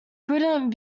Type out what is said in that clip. prudent